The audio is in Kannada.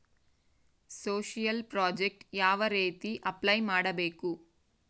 ಸೋಶಿಯಲ್ ಪ್ರಾಜೆಕ್ಟ್ ಯಾವ ರೇತಿ ಅಪ್ಲೈ ಮಾಡಬೇಕು?